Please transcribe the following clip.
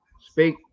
speak